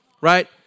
right